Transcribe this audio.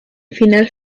final